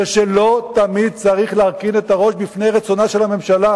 שלא תמיד צריך להרכין את הראש בפני רצונה של הממשלה.